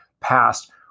passed